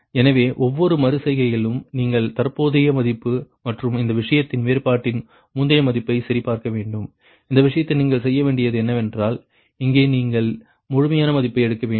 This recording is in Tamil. எனவே ஒவ்வொரு மறு செய்கையிலும் நீங்கள் தற்போதைய மதிப்பு மற்றும் இந்த விஷயத்தின் வேறுபாட்டின் முந்தைய மதிப்பை சரிபார்க்க வேண்டும் இந்த விஷயத்தில் நீங்கள் செய்ய வேண்டியது என்னவென்றால் இங்கே நீங்கள் முழுமையான மதிப்பை எடுக்க வேண்டும்